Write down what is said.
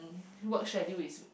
work schedule is